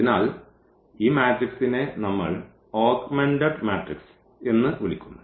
അതിനാൽ ഈ മാട്രിക്സിനെ നമ്മൾ ഓഗ്മെന്റഡ് മാട്രിക്സ് എന്ന് വിളിക്കുന്നു